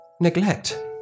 Neglect